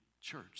church